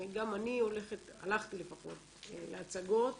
גם אני הלכתי להצגות